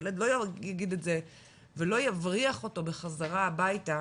ילד לא יגיד את זה ולא יבריח אותו בחזרה הביתה